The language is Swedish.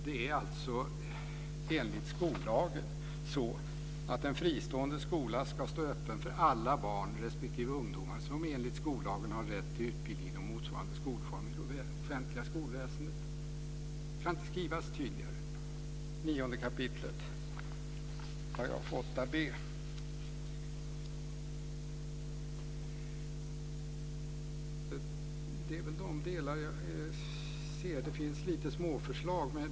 Det är enligt skollagen så att en fristående skola ska stå öppen för alla barn respektive ungdomar som enligt skollagen har rätt till utbildning inom motsvarande skolform i det offentliga skolväsendet. Det kan inte skrivas tydligare. Det står i 9 kap. 8b §. Det är väl de delar jag ser. Det finns lite småförslag.